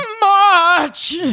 March